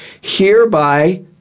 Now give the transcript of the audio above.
Hereby